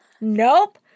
Nope